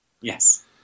Yes